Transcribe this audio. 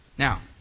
Now